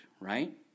right